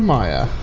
Maya